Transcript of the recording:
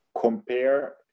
compare